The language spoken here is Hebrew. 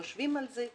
יושבים על זה,